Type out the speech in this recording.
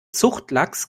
zuchtlachs